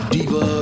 Diva